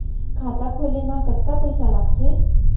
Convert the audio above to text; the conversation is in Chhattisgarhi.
खाता खोले मा कतका पइसा लागथे?